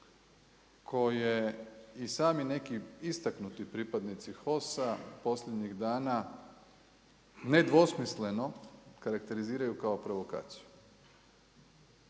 koje i sami neki istaknuti pripadnici HOS-a posljednjih dana, nedvosmisleno karakteriziraju kao provokaciju.